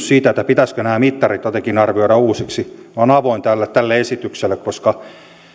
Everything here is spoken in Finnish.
siitä pitäisikö nämä mittarit jotenkin arvioida uusiksi niin olen avoin tälle tälle esitykselle koska